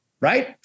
right